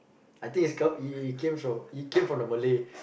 I think it's come it came from it came from the Malay